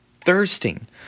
thirsting